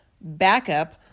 backup